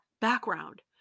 background